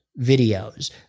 videos